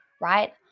right